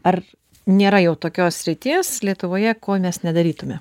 ar nėra jau tokios srities lietuvoje ko mes nedarytume